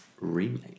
remake